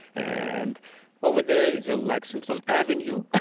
and over there is a lexington avenue. ah